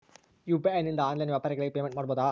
UPI ನಿಂದ online ವ್ಯಾಪಾರಗಳಿಗೆ payment ಮಾಡಬಹುದಾ?